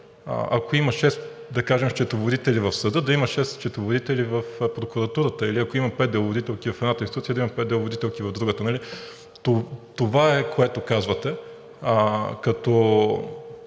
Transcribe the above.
ако, да кажем, има шест счетоводители в съда, да има шест счетоводители в прокуратурата или ако има пет деловодителки в едната институция, да има пет деловодителки и в другата, нали? Това е, което казвате, като